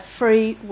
free